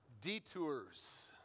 detours